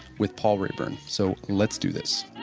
with paul raeburn, so let's do this